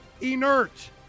inert